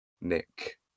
Nick